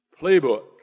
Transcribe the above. playbook